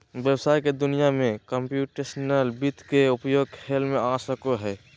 व्हवसाय के दुनिया में कंप्यूटेशनल वित्त के उपयोग खेल में आ सको हइ